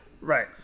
Right